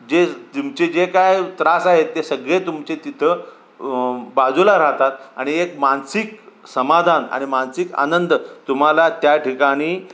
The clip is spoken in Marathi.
जे तुमचे जे काय त्रास आहेत ते सगळे तुमचे तिथं बाजूला राहतात आणि एक मानसिक समाधान आणि मानसिक आनंद तुम्हाला त्या ठिकाणी